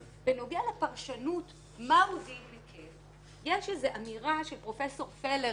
בנוגע לפרשנות מה הוא "דין מקל" יש איזו אמירה של פרופ' פלר,